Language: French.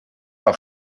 par